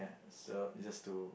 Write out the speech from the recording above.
so it's just to